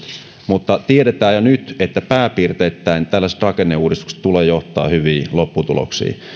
mutta tiedetään jo nyt että pääpiirteittäin tällaiset rakenneuudistukset tulevat johtamaan hyviin lopputuloksiin